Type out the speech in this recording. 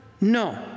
No